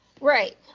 right